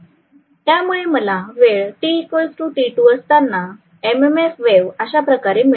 त्यामुळे मला वेळ t t2 असताना एम एम फ वेव्ह अशाप्रकारे मिळेल